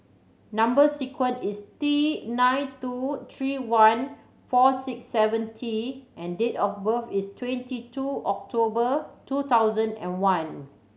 number sequence is T nine two three one four six seven T and date of birth is twenty two October two thousand and one